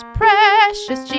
precious